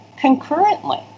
concurrently